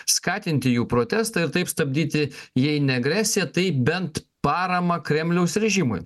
skatinti jų protestą ir taip stabdyti jei ne agresiją tai bent paramą kremliaus režimui